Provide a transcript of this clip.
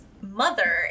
mother